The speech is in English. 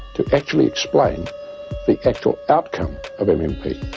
to actually explain the actual outcome of and